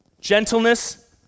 gentleness